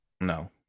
No